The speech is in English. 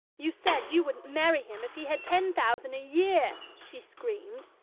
you said you wouldn't marry him if he had ten thousand a year! she screamed.